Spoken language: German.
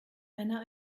eine